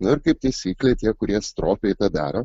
na ir kaip taisyklė tie kurie stropiai tą daro